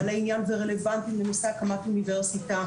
בעלי עניין ורלוונטי לנושא הקמת אוניברסיטה.